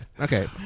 Okay